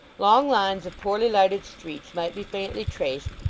long lines of poorly lighted streets might be faintly traced,